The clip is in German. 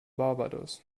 barbados